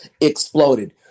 exploded